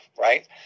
right